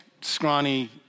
scrawny